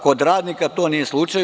Kod radnika to nije slučaj.